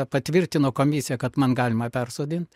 patvirtino komisija kad man galima persodint